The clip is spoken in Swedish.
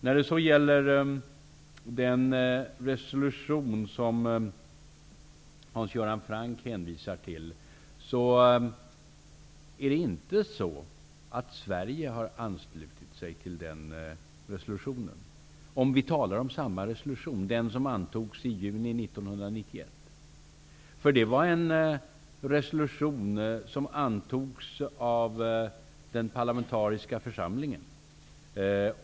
När det så gäller den resolution som Hans Göran Franck hänvisar till, har Sverige inte anslutit sig till denna resolution, om vi talar om samma resolution, nämligen den som antogs i juni 1991. Det var en resolution som antogs av den parlamentariska församlingen.